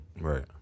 right